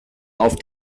auf